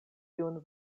tiun